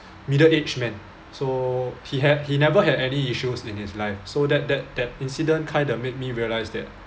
middle aged man so he had he never had any issues in his life so that that that incident kind of made me realise that